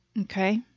Okay